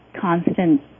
constant